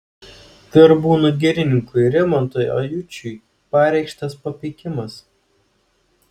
verbūnų girininkui rimantui ajučiui pareikštas papeikimas